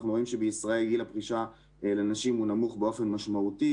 אנחנו רואים שבישראל גיל הפרישה לנשים הוא נמוך באופן משמעותי,